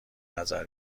نظر